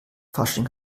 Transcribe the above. fasching